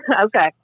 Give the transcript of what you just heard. Okay